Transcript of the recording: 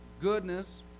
goodness